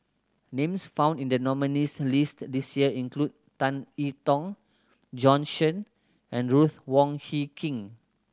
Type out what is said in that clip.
names found in the nominees' list this year include Tan I Tong Bjorn Shen and Ruth Wong Hie King